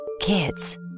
Kids